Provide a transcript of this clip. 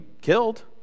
killed